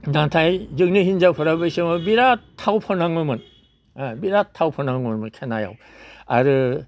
नाथाय जोंनि हिनजावफोरा बै समाव बिराद थाव फोनाङोमोन बिराद थाव फनाङोमोन मिथिनायाव आरो